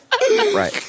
Right